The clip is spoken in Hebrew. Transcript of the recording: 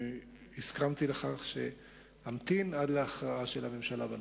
הסכמתי שאמתין עד להכרעה של הממשלה בנושא.